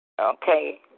Okay